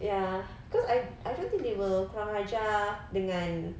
ya cause I I don't think they will kurang ajar dengan